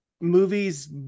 movies